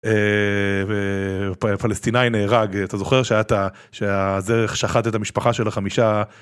פלסטיני נהרג אתה זוכר שאתה שהזרח שחט את המשפחה של החמישה.